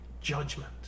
judgment